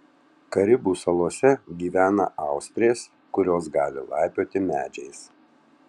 karibų salose gyvena austrės kurios gali laipioti medžiais